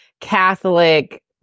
Catholic